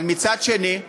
אבל מצד שני,